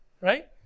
Right